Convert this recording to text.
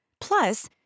Plus